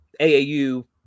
aau